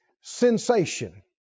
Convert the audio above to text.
Sensation